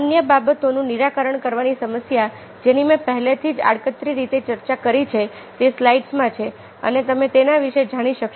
અન્ય બાબતોનું નિરાકરણ કરવાની સમસ્યા જેની મેં પહેલેથી જ આડકતરી રીતે ચર્ચા કરી છે તે સ્લાઇડ્સમાં છે અને તમે તેના વિશે જાણી શકશો